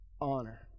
honor